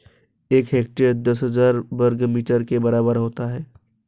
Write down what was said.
एक हेक्टेयर दस हज़ार वर्ग मीटर के बराबर होता है